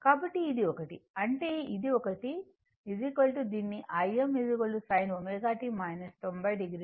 కాబట్టి ఇది ఒకటి అంటే ఇది ఒకటి దీనినిIm sin ω t 90 o